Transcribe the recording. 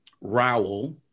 Rowell